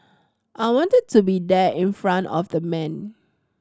I wanted to be there in front of the man